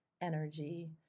energy